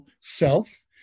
self